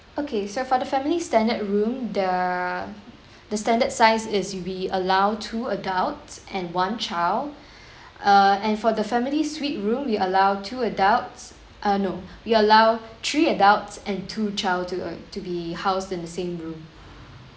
okay so for the family standard room the the standard size is we allow two adults and one child err and for the family suite room we allow two adults uh no we allow three adults and two child to uh to be house in the same room